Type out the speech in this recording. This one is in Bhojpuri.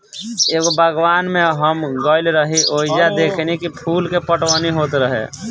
एगो बागवान में हम गइल रही ओइजा देखनी की फूल के पटवनी होत रहे